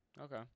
okay